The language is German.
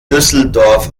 düsseldorf